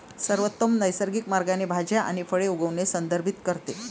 सर्वोत्तम नैसर्गिक मार्गाने भाज्या आणि फळे उगवणे संदर्भित करते